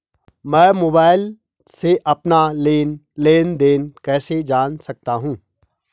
मैं मोबाइल से अपना लेन लेन देन कैसे जान सकता हूँ?